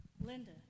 Linda